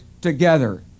together